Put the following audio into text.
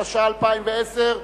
התש"ע 2010,